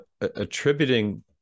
attributing